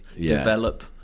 develop